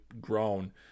grown